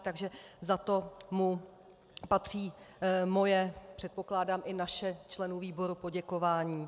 Takže za to mu patří moje, předpokládám i naše členů výboru poděkování.